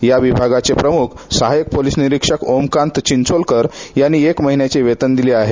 या विभागाचे प्रमुख सहाय्यक पोलीस निरीक्षक ओमकांत चिंचोलकर यांनी एक महिन्याचे वेतन दिले आहे